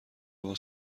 باز